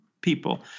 people